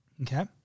Okay